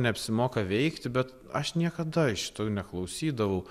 neapsimoka veikti bet aš niekada šitų neklausydavau